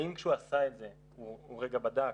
האם כשהוא עשה את זה הוא רגע בדק